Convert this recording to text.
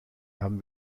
haben